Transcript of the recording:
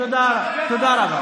תודה רבה.